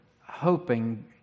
Hoping